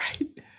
Right